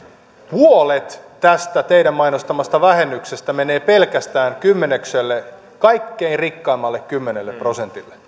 puolet tästä teidän mainostamastanne vähennyksestä menee pelkästään kymmenykselle kaikkein rikkaimmalle kymmenelle prosentille